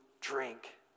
drink